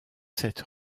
cette